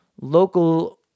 local